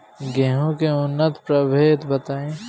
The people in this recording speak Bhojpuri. गेंहू के उन्नत प्रभेद बताई?